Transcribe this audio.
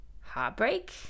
heartbreak